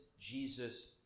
Jesus